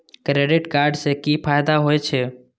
Credit card से कि फायदा होय छे?